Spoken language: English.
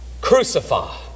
Crucify